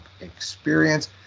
Experience